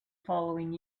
following